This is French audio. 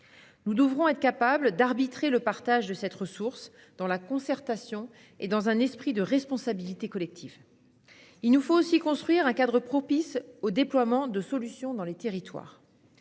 Nous devrons être capables d'arbitrer la question du partage de cette ressource, dans la concertation et dans un esprit de responsabilité collective. Il nous faut aussi construire un cadre propice au déploiement de solutions dans les territoires.